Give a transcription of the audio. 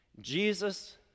Jesus